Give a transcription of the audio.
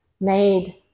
made